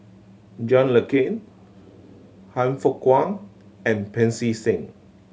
John Le Cain Han Fook Kwang and Pancy Seng